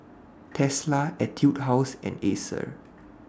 Tesla Etude House and Acer